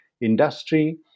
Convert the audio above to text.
industry